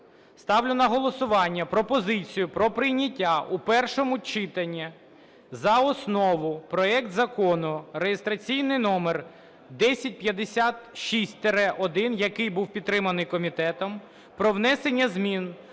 Ставлю на голосування пропозицію про прийняття у першому читанні за основу проект Закону (реєстраційний номер 1056-1), який був підтриманий комітетом про внесення змін